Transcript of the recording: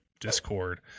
Discord